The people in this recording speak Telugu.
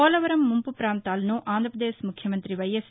పోలవరం ముంపు ప్రాంతాలను ఆంధ్రపదేశ్ ముఖ్యమంతి వైఎస్